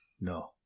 No